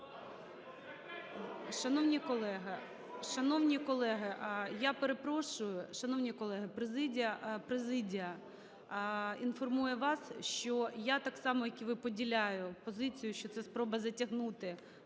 Шановні колеги, я перепрошую. Шановні колеги, президія інформує вас, що я так само, як і ви поділяю позицію, що це спроба затягнути